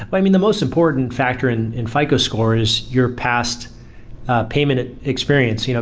but i mean, the most important factor in in fico score is your past payment experience. you know